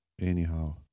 Anyhow